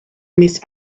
miss